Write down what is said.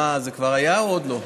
זה כבר היה או עוד לא?